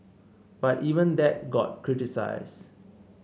but even that got criticise